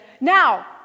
Now